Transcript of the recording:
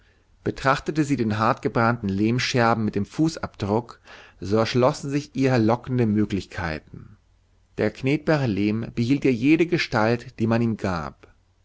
betrachtete sie den hartgebrannten lehmscherben mit dem fußabdruck so erschlossen sich ihr lockende möglichkeiten der knetbare lehm behielt ja jede gestalt die man ihm gab